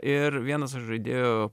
ir vienas iš žaidėjų